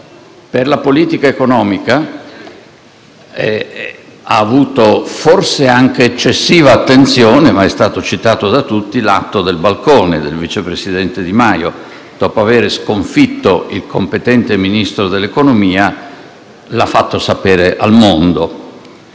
Per la politica economica ha avuto forse anche eccessiva attenzione - ma è stato citato da tutti - l'atto del balcone del vice presidente Di Maio. Dopo avere sconfitto il competente Ministro dell'economia, l'ha fatto sapere al mondo.